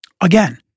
Again